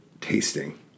tasting